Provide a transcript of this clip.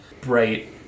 bright